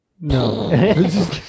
no